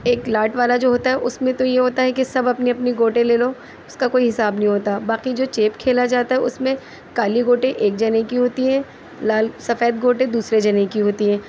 ایک لاٹ والا جو ہوتا ہے اس میں تو یہ ہوتا ہے کہ سب اپنی اپنی گوٹیں لے لو اس کا کوئی حساب نہیں ہوتا باقی جو چیپ کھیلا جاتا ہے اس میں کالی گوٹیں ایک جنے کی ہوتی ہے لال سفید گوٹیں دوسرے جنے کی ہوتی ہے